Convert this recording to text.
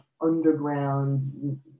underground